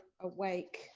awake